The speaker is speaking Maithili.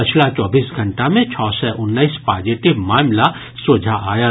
पछिला चौबीस घंटा मे छओ सय उन्नैस पॉजिटिव मामिला सोझा आयल